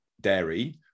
dairy